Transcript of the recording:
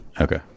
Okay